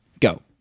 go